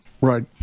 right